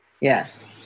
yes